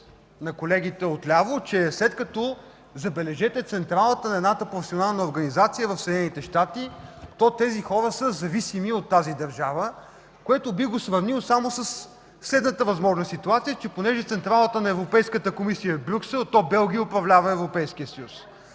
на колегите от ляво, че, забележете, след като централата на едната професионална организация е в Съединените щати, то тези хора са зависими от тази държава. Бих сравнил това само със следната възможна ситуация: понеже централата на Европейската комисия е в Брюксел, то Белгия управлява Европейския съюз.